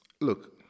look